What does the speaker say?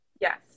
Yes